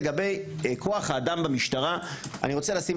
למה אנחנו צריכים